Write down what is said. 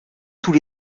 tous